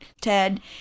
Ted